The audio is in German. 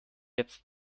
jetzt